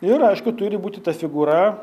ir aišku turi būti ta figūra